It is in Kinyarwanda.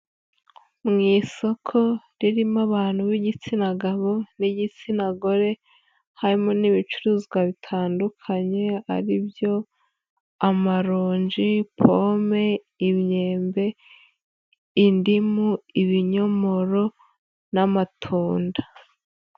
Mu isoko ririmo abantu b'igitsina gabo n'igitsina gore. Harimo n'ibicuruzwa bitandukanye ari byo: amaronji, pome, imyembe, indimu, ibinyomoro n'amatunda.